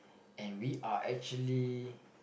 and we are actually